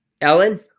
Ellen